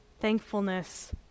thankfulness